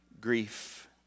grief